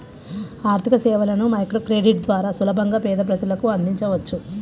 ఆర్థికసేవలను మైక్రోక్రెడిట్ ద్వారా సులభంగా పేద ప్రజలకు అందించవచ్చు